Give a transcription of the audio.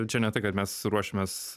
čia ne tai kad mes ruošiamės